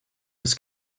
was